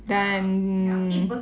dan